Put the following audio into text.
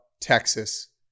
Texas